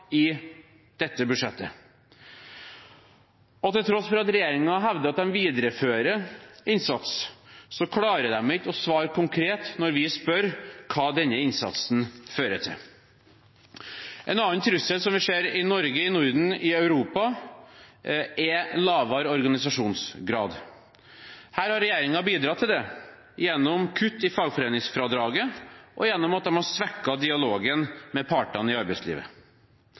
i dette budsjettet. Og til tross for at regjeringen hevder at de viderefører innsats, klarer de ikke svare konkret når vi spør hva denne innsatsen fører til. En annen trussel som vi ser i Norge, i Norden og i Europa er lavere organisasjonsgrad. Dette har regjeringen bidratt til gjennom kutt i fagforeningsfradraget og gjennom at de har svekket dialogen med partene i arbeidslivet.